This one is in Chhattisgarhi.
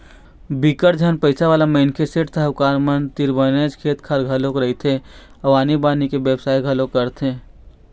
बिकट झन पइसावाला मनखे, सेठ, साहूकार मन तीर बनेच खेत खार घलोक रहिथे अउ आनी बाकी के बेवसाय घलोक करथे